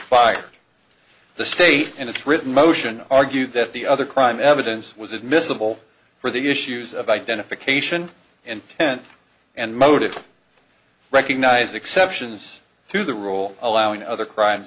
fired the state in its written motion argued that the other crime evidence was admissible for the issues of identification intent and motive recognized exceptions to the rule allowing other crimes